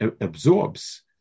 Absorbs